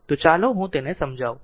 તો ચાલો હું તેને સમજાવું